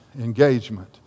engagement